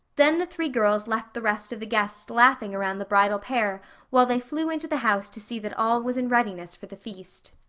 then the three girls left the rest of the guests laughing around the bridal pair while they flew into the house to see that all was in readiness for the feast.